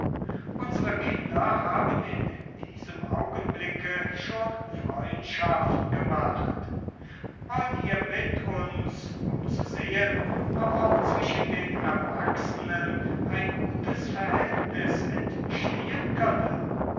unsere kinder haben in diesem augenblicke schon freundschaft gemacht wollt ihr mit uns um zu sehen ob auch zwischen den erwachsenen ein gutes verhältnis entstehen könne